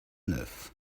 neuf